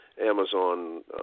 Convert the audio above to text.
Amazon